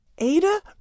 Ada